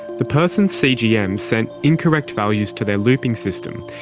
the person's cgm sent incorrect values to their looping system,